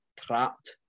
trapped